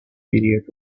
period